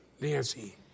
Nancy